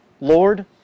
Lord